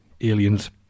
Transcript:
aliens